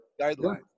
guidelines